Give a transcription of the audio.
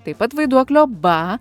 taip pat vaiduoklio ba